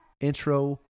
intro